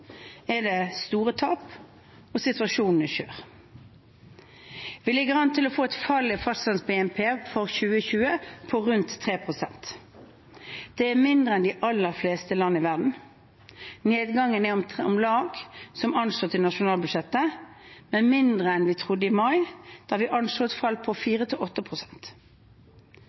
er det store tap, og situasjonen er skjør. Vi ligger an til å få et fall i Fastlands-BNP for 2020 på rundt 3 pst. Det er mindre enn i de aller fleste land i verden. Nedgangen er om lag som anslått i nasjonalbudsjettet, men mindre enn vi trodde i mai i fjor, da vi anslo et fall på